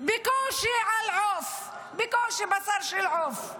בקושי על עוף, בקושי בשר של עוף.